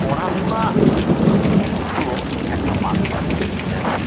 পড়াশোনা হল একটা মানুষের নেশা